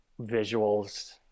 visuals